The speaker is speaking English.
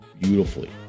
Beautifully